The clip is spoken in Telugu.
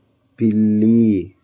పిల్లి